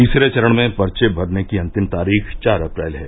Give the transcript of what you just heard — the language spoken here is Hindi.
तीसरे चरण में पर्चे भरने की अंतिम तारीख चार अप्रैल है